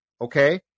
okay